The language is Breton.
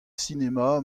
sinema